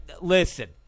Listen